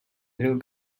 little